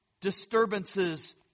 disturbances